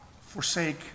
forsake